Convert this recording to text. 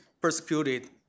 persecuted